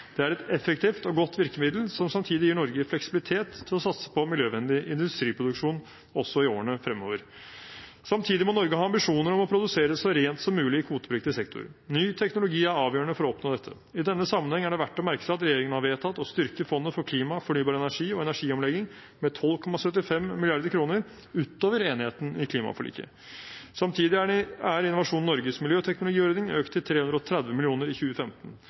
Det er et effektivt og godt virkemiddel som samtidig gir Norge fleksibilitet til å satse på miljøvennlig industriproduksjon også i årene fremover. Samtidig må Norge ha ambisjoner om å produsere så rent som mulig i kvotepliktig sektor. Ny teknologi er avgjørende for å oppnå dette. I denne sammenheng er det verdt å merke seg at regjeringen har vedtatt å styrke Fondet for klima, fornybar energi og energiomlegging med 12,75 mrd. kr utover enigheten i klimaforliket. Samtidig er Innovasjon Norges miljøteknologiordning økt til 330 mill. kr i 2015.